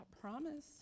promise